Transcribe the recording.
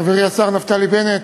חברי השר נפתלי בנט,